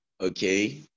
Okay